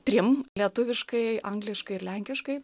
trim lietuviškai angliškai ir lenkiškai